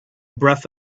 breath